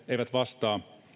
eivät vastaa